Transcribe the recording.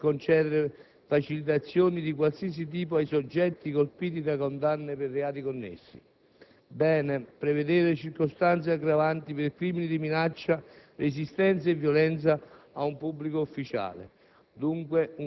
limitate nel concedere facilitazioni di qualsiasi tipo ai soggetti colpiti da condanne per reati connessi. Bene prevedere circostanze aggravanti per crimini di minaccia, resistenza e violenza ad un pubblico ufficiale.